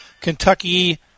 Kentucky